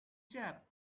chap